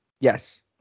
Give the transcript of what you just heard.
Yes